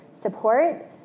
support